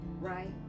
right